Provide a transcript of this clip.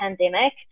pandemic